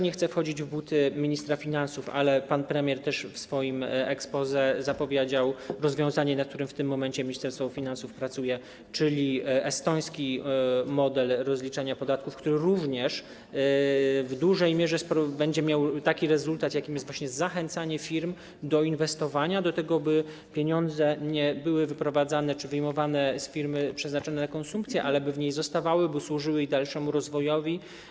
Nie chcę wchodzić w buty ministra finansów, ale pan premier w swoim exposé też zapowiedział rozwiązanie, nad którym w tym momencie Ministerstwo Finansów pracuje, czyli estoński model rozliczenia podatków, który również w dużej mierze przyniesie taki rezultat, jakim jest właśnie zachęcanie firm do inwestowania, do tego, by pieniądze nie były wyprowadzane czy wyjmowane z firmy, przeznaczane na konsumpcję, ale by w niej zostawały, by służyły jej dalszemu rozwojowi.